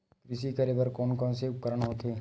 कृषि करेबर कोन कौन से उपकरण होथे?